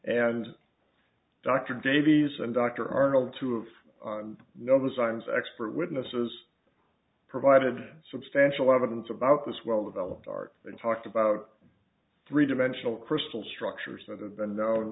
and dr davies and dr arnold two of know the signs expert witnesses provided substantial evidence about this well developed art and talked about three dimensional crystal structures that have been known